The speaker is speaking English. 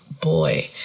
boy